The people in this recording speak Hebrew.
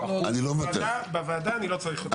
לא, בוועדה אני לא צריך אותו.